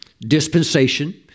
dispensation